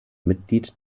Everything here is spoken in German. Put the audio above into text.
mitglied